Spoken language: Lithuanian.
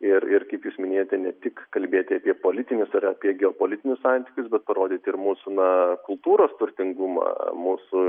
ir ir kaip jūs minėjote ne tik kalbėti apie politinius ar apie geopolitinius santykius bet parodyti ir mūsų na kultūros turtingumą mūsų